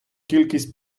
кількість